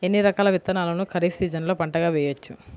ఎన్ని రకాల విత్తనాలను ఖరీఫ్ సీజన్లో పంటగా వేయచ్చు?